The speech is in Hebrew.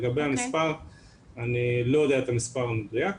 אני לא יודע את המספר המדויק.